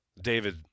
David